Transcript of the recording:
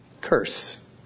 curse